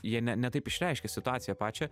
jie ne ne taip išreiškia situaciją pačią